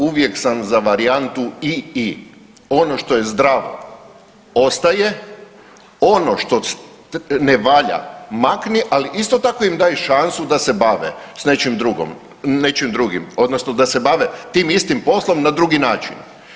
Uvijek sam za varijantu i, i. Ono što je zdravo ostaje, ono što ne valja makni, ali isto tako im daj šansu da se bave s nečim drugim, odnosno da se bave tim istim poslom na drugi način.